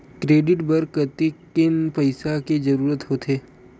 Credit बर कतेकन पईसा के जरूरत होथे?